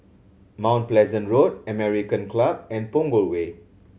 Mount Pleasant Road American Club and Punggol Way